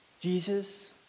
Jesus